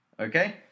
Okay